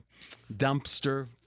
dumpster